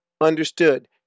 understood